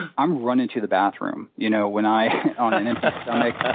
i'm running to the bathroom, you know, when i on an empty stomach, ah